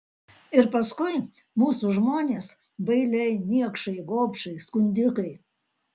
ir paskui mūsų žmonės bailiai niekšai gobšai skundikai